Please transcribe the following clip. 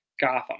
Gotham